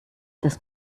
das